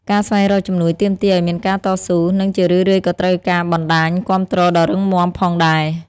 ការស្វែងរកជំនួយទាមទារឱ្យមានការតស៊ូ និងជារឿយៗក៏ត្រូវការបណ្តាញគាំទ្រដ៏រឹងមាំផងដែរ។